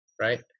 right